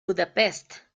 budapest